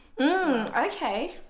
Okay